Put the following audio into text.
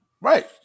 Right